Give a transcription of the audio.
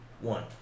one